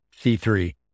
C3